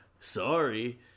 sorry